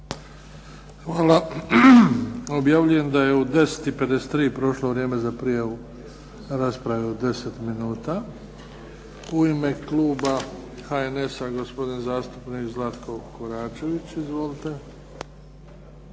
Hvala. Objavljujem da je u 10,53 prošlo vrijeme za prijavu rasprave od 10 minuta. U ime kluba HNS-a gospodin zastupnik Zlatko Koračević. Izvolite.